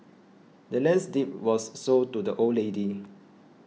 the land's deed was sold to the old lady